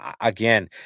Again